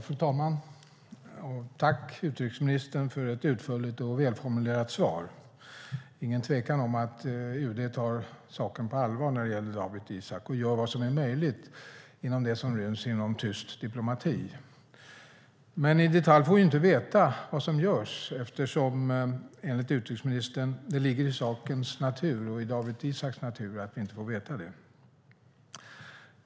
Fru talman! Tack för ett utförligt och välformulerat svar, utrikesministern! Det är ingen tvekan om att UD tar saken på allvar när det gäller Dawit Isaak och gör vad som är möjligt inom det som ryms inom tyst diplomati. Men vi får inte i detalj veta vad som görs eftersom det, enligt utrikesministern, ligger i sakens natur att vi inte får veta det.